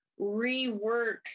rework